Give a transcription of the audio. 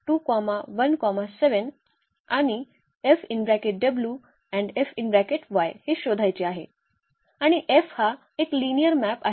आणि F हा एक लिनिअर मॅप आहे